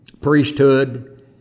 priesthood